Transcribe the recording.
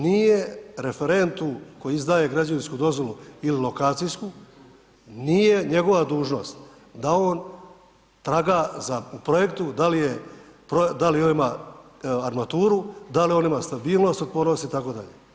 Nije referent koji izdaje građevinsku dozvolu ili lokacijsku nije njegova dužnost da on traga po projektu da li on ima armaturu, da li on ima stabilnost od … [[ne razumije se]] itd.